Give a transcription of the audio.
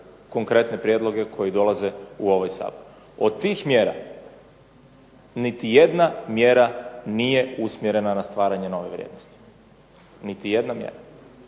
konkretne prijedloge koji dolaze u ovaj Sabor. Od tih mjera niti jedna mjera nije usmjerena na stvaranje nove vrijednosti nego na poreznu